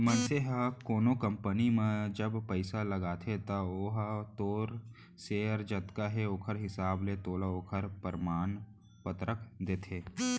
मनसे ह कोनो कंपनी म जब पइसा लगाथे त ओहा तोर सेयर जतका हे ओखर हिसाब ले तोला ओखर परमान पतरक देथे